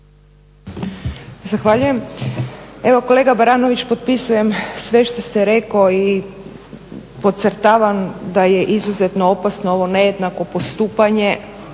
Zahvaljujem. Evo kolega Baranović, potpisujem sve što ste rekli i podcrtavam da je izuzetno opasno ovo nejednako postupanje